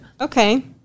Okay